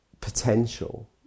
potential